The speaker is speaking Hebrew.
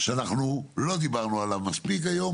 שאנחנו לא דיברנו עליו מספיק היום,